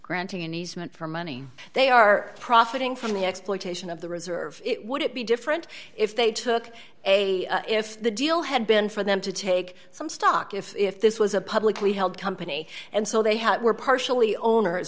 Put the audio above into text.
granting an easement for money they are profiting from the exploitation of the reserve would it be different if they took a if the deal had been for them to take some stock if this was a publicly held company and so they had were partially owners